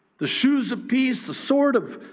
the shoes of peace, the sword of